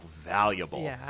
valuable